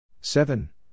seven